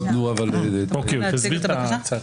הצבעה אושר.